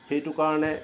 সেইটো কাৰণে